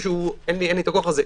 אין לי את הכוח הזה.